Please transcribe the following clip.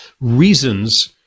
reasons